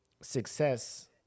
success